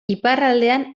iparraldean